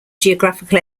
geographical